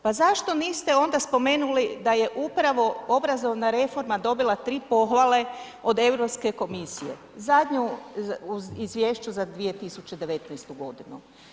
Pa zašto niste onda spomenuli da je upravo obrazovna reforma dobila tri pohvale od Europske komisije, zadnju u izvješću za 2019. godinu?